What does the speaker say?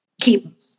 keep